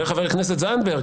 אומר חבר הכנסת זנדברג